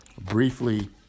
briefly